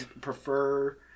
prefer